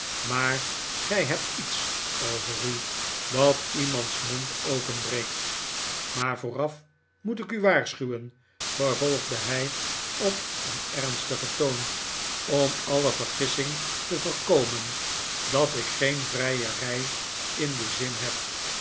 maar gij hebt iets over u dat iemand's mond openbreekt maar vooraf moet ik u waarschuwen vervolgde hij op een ernstigen toon om alle vergissing te voorkomen dat ik geen vrijerij in den zin heb